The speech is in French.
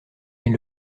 mais